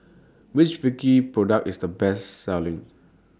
Which Vichy Product IS The Best Selling